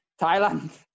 Thailand